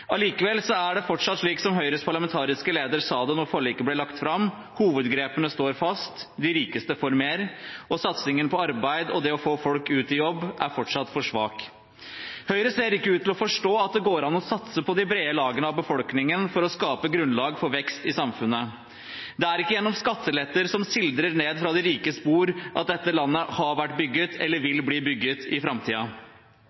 Likevel er det fortsatt slik som Høyres parlamentariske leder sa det da forliket ble lagt fram: Hovedgrepene står fast. De rikeste får mer, og satsingen på arbeid og det å få folk ut i jobb er fortsatt for svak. Høyre ser ikke ut til å forstå at det går an å satse på de brede lagene av befolkningen for å skape grunnlag for vekst i samfunnet. Det er ikke gjennom skatteletter som sildrer ned fra de rikes bord, at dette landet har vært bygget eller vil